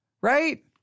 right